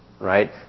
right